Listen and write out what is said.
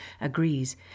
agrees